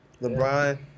LeBron